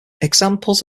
examples